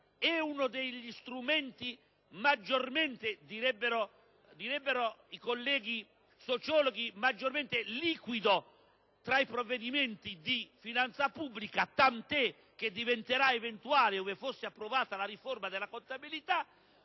uno degli strumenti - come direbbero i colleghi sociologi - maggiormente liquidi tra i provvedimenti di finanza pubblica (tanto che diventerà eventuale ove fosse approvata la riforma della contabilità).